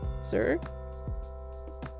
sir